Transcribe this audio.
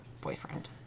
boyfriend